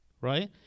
right